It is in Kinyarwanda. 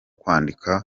kwandika